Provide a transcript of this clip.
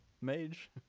Mage